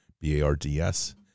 B-A-R-D-S